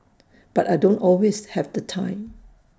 but I don't always have the time